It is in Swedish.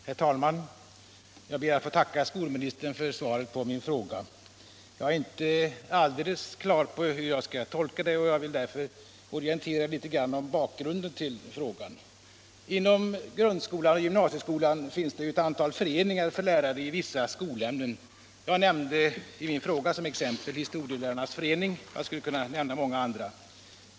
Herr talman! Jag ber att få tacka skolministern för svaret på min fråga, men eftersom jag inte är helt på det klara med hur man skall tolka det vill jag orientera litet om bakgrunden till frågan. Inom grundskola och gymnasieskola finns det ju ett antal föreningar för lärare i vissa skolämnen. Jag nämnde i min fråga som exempel Historielärarnas förening och skulle kunna nämna många andra.